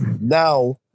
now